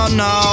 no